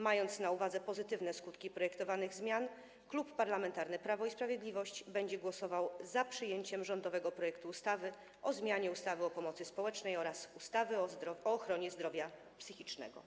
Mając na uwadze pozytywne skutki projektowanych zmian, Klub Parlamentarny Prawo i Sprawiedliwość będzie głosował za przyjęciem rządowego projektu ustawy o zmianie ustawy o pomocy społecznej oraz ustawy o ochronie zdrowia psychicznego.